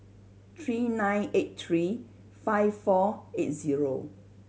three nine eight three five four eight zero